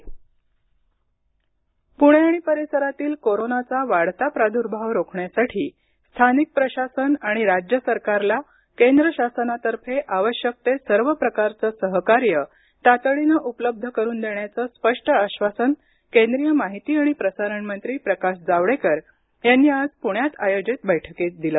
प्रकाश जावडेकर पुणे आणि परिसरातील कोरोनाचा वाढता प्रादुर्भाव रोखण्यासाठी स्थानिक प्रशासन आणि राज्य सरकारला केंद्र शासनातर्फे आवश्यक ते सर्व प्रकारचं सहकार्य तातडीनं उपलब्ध करून देण्याचं स्पष्ट आश्वासन केंद्रीय माहिती आणि प्रसारण मंत्री प्रकाश जावडेकर यांनी आज पुण्यात आयोजित बैठकीत दिलं